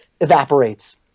evaporates